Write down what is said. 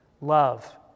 Love